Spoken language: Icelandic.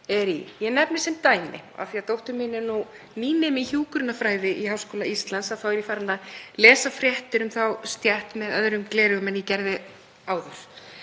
Ég nefni sem dæmi, af því að dóttir mín er nú nýnemi í hjúkrunarfræði í Háskóla Íslands þá er ég farin að lesa fréttir um þá stétt með öðrum gleraugum en ég gerði áður,